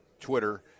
Twitter